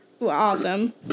awesome